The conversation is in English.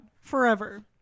forever